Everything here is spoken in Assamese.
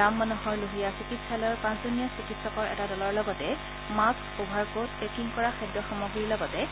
ৰাম মনোহৰ লোহিয়া চিকিৎসালয়ৰ পাঁচজনীয়া চিকিৎসকৰ এটা দলৰ লগতে মাস্ক অভাৰকোট পেকিং কৰা খাদ্যসামগ্ৰীৰ লগতে